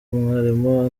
umwarimu